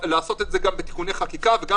לעשות את זה גם בתיקוני חקיקה וגם